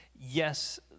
Yes